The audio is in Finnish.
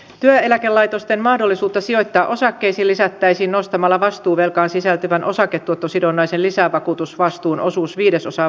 työeläkelaitosten mahdollisuutta sijoittaa osakkeisiin lisättäisiin nostamalla vastuuvelkaan sisältyvän osaketuottosidonnaisen lisävakuutusvastuun osuus viidesosaan vastuuvelasta